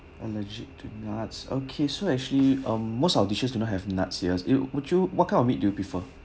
allergic to nuts okay so actually um most our dishes do not have nuts here it would you what kind of meat do you prefer